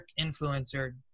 influencer